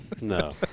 No